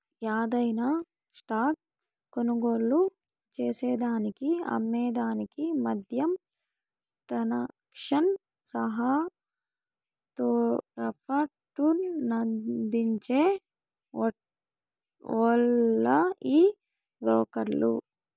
యాదైన స్టాక్ కొనుగోలు చేసేదానికి అమ్మే దానికి మద్యం ట్రాన్సాక్షన్ సహా తోడ్పాటునందించే ఓల్లు ఈ బ్రోకర్లు